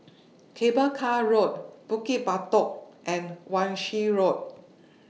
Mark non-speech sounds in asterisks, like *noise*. *noise* Cable Car Road Bukit Batok and Wan Shih Road *noise*